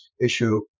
issue